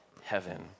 heaven